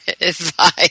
advice